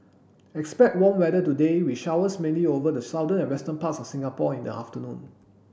expect warm weather today with showers mainly over the southern and western parts of Singapore in the afternoon